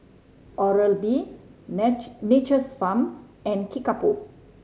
Oral B Nature's Farm and Kickapoo